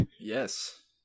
yes